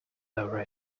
over